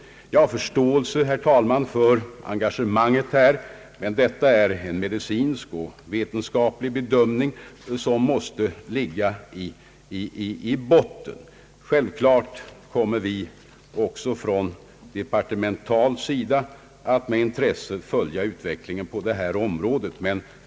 Jag har förståelse, herr talman, för det engagemang som fått sitt uttryck här, men det är en medicinsk och vetenskaplig bedömning som måste ligga i botten av diskussionen. Självklart kommer vi också från departementets sida att med intresse följa utvecklingen på detta område.